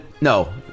no